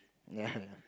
ya